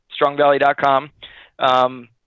strongvalley.com